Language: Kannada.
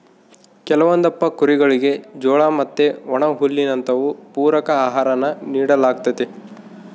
ಕೆಲವೊಂದಪ್ಪ ಕುರಿಗುಳಿಗೆ ಜೋಳ ಮತ್ತೆ ಒಣಹುಲ್ಲಿನಂತವು ಪೂರಕ ಆಹಾರಾನ ನೀಡಲಾಗ್ತತೆ